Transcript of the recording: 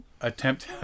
attempt